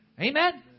Amen